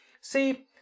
See